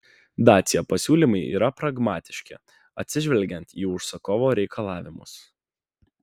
dacia pasiūlymai yra pragmatiški atsižvelgiant į užsakovo reikalavimus